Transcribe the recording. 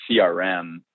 CRM